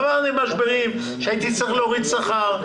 עברתי משברים שהייתי צריך להוריד שכר,